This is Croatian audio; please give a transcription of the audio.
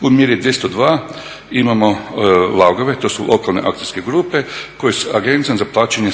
U mjeri 202 imamo …, to su lokalne akcijske grupe koje sa Agencije za plaćanje